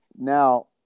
Now